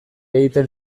egiten